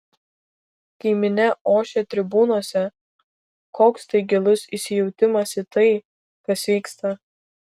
kai minia ošia tribūnose koks tai gilus įsijautimas į tai kas vyksta